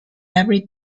every